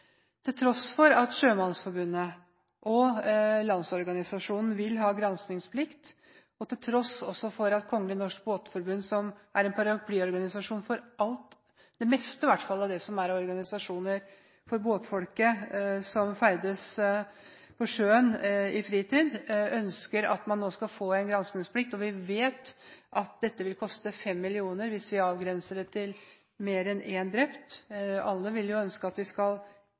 til tross for at Sjømannsforbundet og Landsorganisasjonen vil ha granskingsplikt, og til tross for at også Kongelig Norsk Båtforbund, som er en paraplyorganisasjon for i hvert fall det meste som er av organisasjoner for båtfolket som ferdes på sjøen i fritid, ønsker at man nå skal få en granskingsplikt. Vi vet at dette vil koste 5 mill. kr hvis vi avgrenser det til mer enn én drept – alle vil jo ønske at vi skal